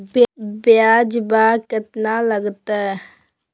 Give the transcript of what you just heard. ब्यजवा केतना लगते?